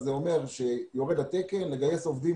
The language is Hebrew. זה אומר שיורד התקן ולגייס היום עובדים,